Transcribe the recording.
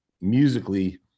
musically